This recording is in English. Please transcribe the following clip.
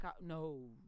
No